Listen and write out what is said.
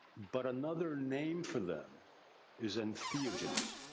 but another name for them is entheogens.